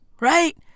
right